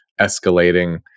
escalating